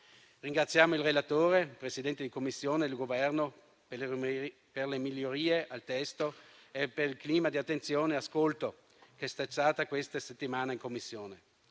Ringraziamo il relatore, il Presidente della Commissione e il Governo per le migliorie al testo e per il clima di attenzione e ascolto che c'è stato questa settimana in Commissione.